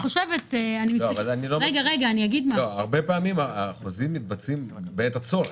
לא, הרבה פעמים החוזים מתבצעים בעת הצורך.